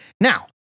Now